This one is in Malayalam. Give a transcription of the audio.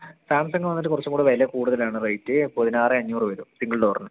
സാംസങ്ങ് വന്നിട്ട് കുറച്ചും കൂടി വില കൂടുതലാണ് റേറ്റ് പതിനാറ് അഞ്ഞൂറ് വരും സിംഗിൾ ഡോറിന്